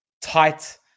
Tight